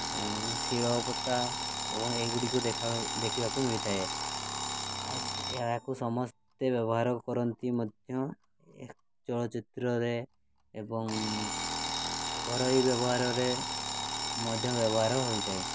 ଆଉ ଶିଳପତା ଏବଂ ଏଗୁଡ଼ିକୁ ଦେଖିବାକୁ ମିଳିଥାଏ ଆଉ ଏହାକୁ ସମସ୍ତେ ବ୍ୟବହାର କରନ୍ତି ମଧ୍ୟ ଚଳଚ୍ଚିତ୍ରରେ ଏବଂ ଘରୋଇ ବ୍ୟବହାରରେ ମଧ୍ୟ ବ୍ୟବହାର ହୋଇଥାଏ